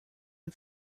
dem